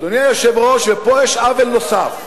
אדוני היושב-ראש, פה יש עוול נוסף,